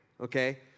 Okay